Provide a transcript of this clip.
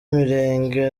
mirenge